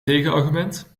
tegenargument